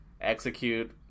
execute